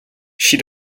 she